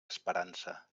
esperança